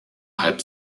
halb